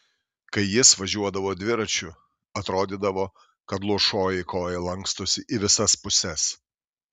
kai jis važiuodavo dviračiu atrodydavo kad luošoji koja lankstosi į visas puses